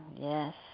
Yes